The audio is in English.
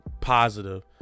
positive